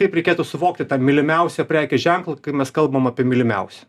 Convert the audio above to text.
kaip reikėtų suvokti tą mylimiausią prekės ženklą kai mes kalbam apie mylimiausią